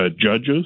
judges